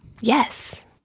Yes